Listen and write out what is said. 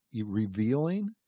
revealing